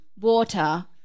water